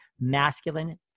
masculine